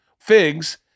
Figs